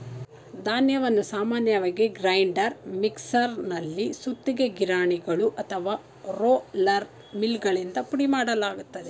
ಧಾನ್ಯವನ್ನು ಸಾಮಾನ್ಯವಾಗಿ ಗ್ರೈಂಡರ್ ಮಿಕ್ಸರಲ್ಲಿ ಸುತ್ತಿಗೆ ಗಿರಣಿಗಳು ಅಥವಾ ರೋಲರ್ ಮಿಲ್ಗಳಿಂದ ಪುಡಿಮಾಡಲಾಗ್ತದೆ